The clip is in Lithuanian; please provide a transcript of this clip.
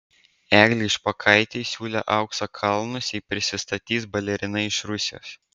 eglei špokaitei siūlė aukso kalnus jei prisistatys balerina iš rusijos